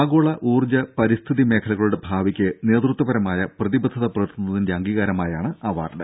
ആഗോള ഊർജ പരിസ്ഥിതി മേഖലകളുടെ ഭാവിക്ക് നേതൃത്വപരമായ പ്രതിബദ്ധത പുലർത്തുന്നതിന്റെ അംഗീകാരമായാണ് അവാർഡ്